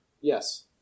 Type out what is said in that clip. Yes